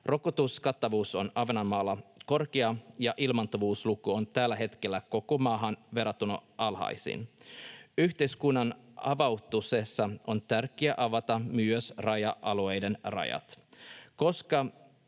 Rokotuskattavuus on Ahvenanmaalla korkea ja ilmaantuvuusluku on tällä hetkellä koko maan alhaisin. Yhteiskunnan avautuessa on tärkeä avata myös raja-alueiden rajat. Koska